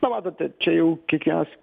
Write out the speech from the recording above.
na matote čia jau kiekvienas